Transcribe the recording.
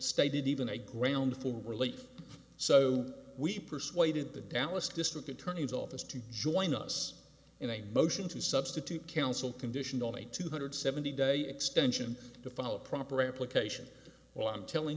stated even a ground for relief so we persuaded the dallas district attorney's office to join us in a motion to substitute council condition on a two hundred seventy day extension to follow proper application well i'm telling